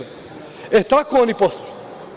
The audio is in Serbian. E, tako oni posluju.